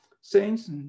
Saints